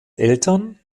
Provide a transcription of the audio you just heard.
eltern